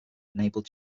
enabled